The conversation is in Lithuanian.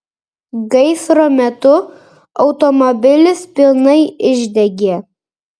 gaisro metu automobilis pilnai išdegė